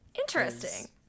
Interesting